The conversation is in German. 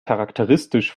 charakteristisch